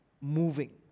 Moving